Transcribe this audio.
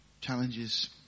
challenges